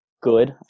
good